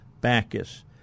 Bacchus